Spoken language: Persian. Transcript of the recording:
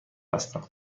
هستم